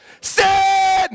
Sin